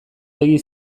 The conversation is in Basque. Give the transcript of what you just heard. begi